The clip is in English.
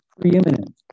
preeminent